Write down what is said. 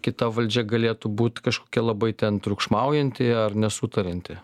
kita valdžia galėtų būt kažkokia labai ten triukšmaujanti ar nesutarianti